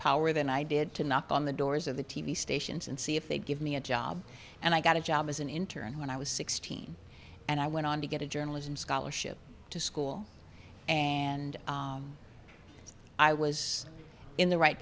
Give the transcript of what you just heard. power than i did to knock on the doors of the t v stations and see if they'd give me a job and i got a job as an intern when i was sixteen and i went on to get a journalism scholarship to school and i was in the right